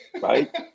right